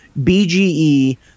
bge